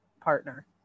partner